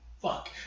Fuck